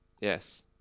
yes